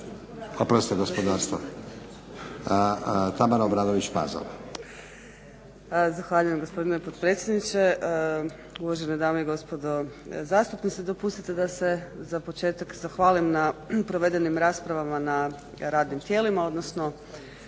ministra gospodarstva Tamara Obradović-Mazal.